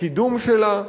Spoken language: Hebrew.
קידום שלה,